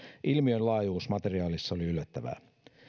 ilmiön laajuus materiaalissa oli yllättävää